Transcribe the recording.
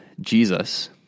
Jesus